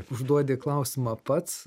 užduodi klausimą pats